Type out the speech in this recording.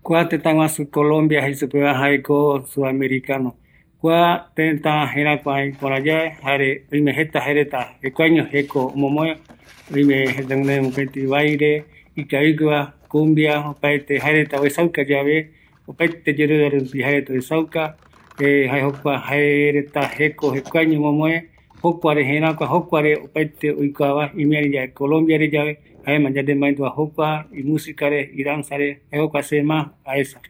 Kua tëtä jaeko aikuaño mïsïpe, yaesa jaereta ikavi yae i nmusica rupi, jare oïme iyapirai reta opaete oyerovia katureve oesauka reta jokuape jaereta oñemoerakua jare oikuauka reta jeko